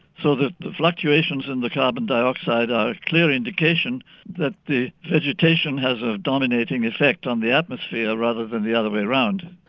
so the the fluctuations in the carbon dioxide are a clear indication that the vegetation has a dominating effect on the atmosphere rather than the other way around.